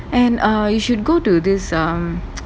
and err you should go to this ah